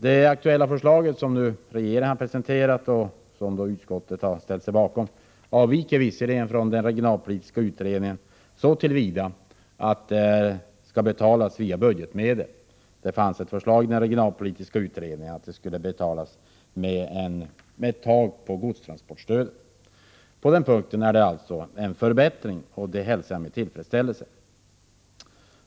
Det nu aktuella förslaget, som regeringen presenterat och som utskottet har ställt sig bakom, avviker visserligen från den regionalpolitiska utredningens förslag så till vida att stödet föreslås betalas via budgetmedel. Det fanns förslag i den regionalpolitiska utredningen att det skulle betalas med uttag från godstransportstödet. På den punkten innebär alltså förslaget en förbättring. Det hälsar jag med tillfredsställelse.